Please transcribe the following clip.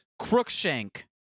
Crookshank